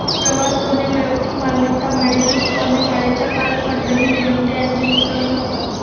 प्रवास धोरणे वैयक्तिक मालमत्ता, भाड्याची उपकरणे, भाड्याच्या कार, खंडणी विनंत्या यांचे नुकसान करतात